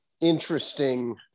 interesting